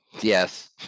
Yes